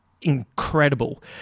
incredible